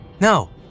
No